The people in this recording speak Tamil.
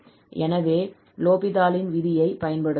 எனவே லோபிதாலின் விதியை பயன்படுத்தலாம்